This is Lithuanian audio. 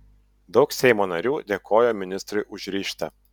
daug seimo narių dėkojo ministrui už ryžtą